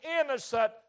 innocent